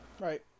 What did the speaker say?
Right